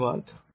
ধন্যবাদ